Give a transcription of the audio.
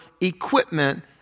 equipment